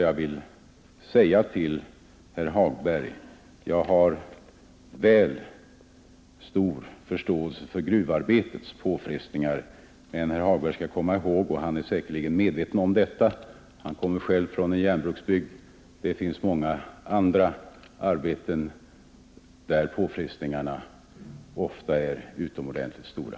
Jag har stor förståelse för gruvarbetets påfrestning. Samtidigt skall herr Hagberg komma i håg — det är han säkert medveten om; han kommer själv från en järnverksbygd — att det finns många andra arbeten där påfrestningarna är mycket stora.